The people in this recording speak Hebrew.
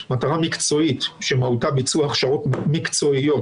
מטרה מקצועית שמהותה ביצוע הכשרות מקצועיות,